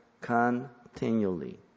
continually